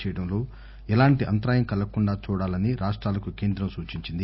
చేయడంలో ఎలాంటి అంతరాయం కలగకుండా చూడాలని రాష్టాలకు కేంద్రం సూచించింది